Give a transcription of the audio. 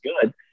good